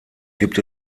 gibt